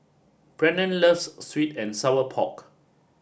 Brennen loves Sweet and Sour Pork